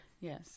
Yes